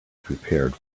prepared